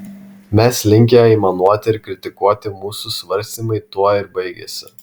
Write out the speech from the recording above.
mes linkę aimanuoti ir kritikuoti mūsų svarstymai tuo ir baigiasi